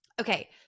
Okay